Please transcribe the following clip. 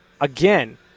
again